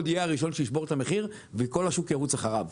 יהיה הראשון שישבור את המחיר וכל השוק ירוץ אחריו,